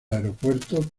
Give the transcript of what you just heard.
aeropuerto